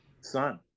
son